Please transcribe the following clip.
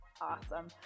awesome